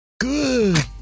Good